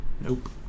Nope